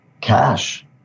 cash